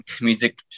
music